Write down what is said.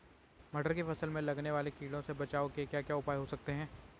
मटर की फसल में लगने वाले कीड़ों से बचाव के क्या क्या उपाय हो सकते हैं?